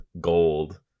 gold